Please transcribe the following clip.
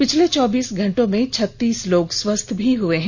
पिछले चौबीस घंटे में छत्तीस लोग स्वस्थ भी हए हैं